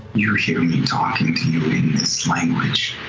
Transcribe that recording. you hear me talking to you in this language.